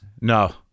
No